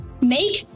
make